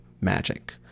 magic